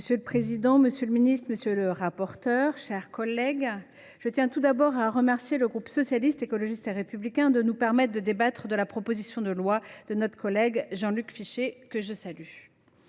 Souyris. le président, monsieur le ministre, mes chers collègues, je tiens pour commencer à remercier le groupe Socialiste, Écologiste et Républicain de nous permettre de débattre de la proposition de loi de notre collègue Jean Luc Fichet, que je salue.